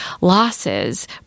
losses